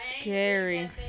scary